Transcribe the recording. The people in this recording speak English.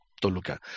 Toluca